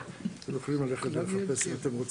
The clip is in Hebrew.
אתם יכולים ללכת ולחפש אם אתם רוצים.